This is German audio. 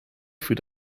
für